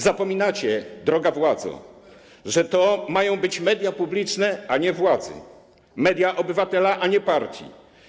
Zapominacie, droga władzo, że to mają być media publiczne, a nie władzy, media obywatela, a nie partii.